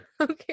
Okay